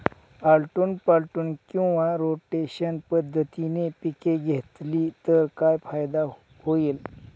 आलटून पालटून किंवा रोटेशन पद्धतीने पिके घेतली तर काय फायदा होईल?